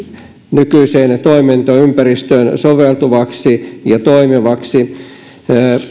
nykyiseen toimintaympäristöön soveltuvaksi ja toimivaksi